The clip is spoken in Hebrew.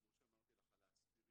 כפי שאמרתי לך על האספירין,